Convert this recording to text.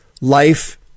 life